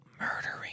murdering